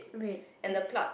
red yes